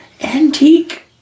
antique